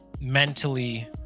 mentally